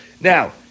Now